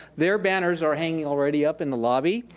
their banners are hanging already up in the lobby,